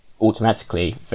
automatically